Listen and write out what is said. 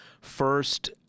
first